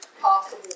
possible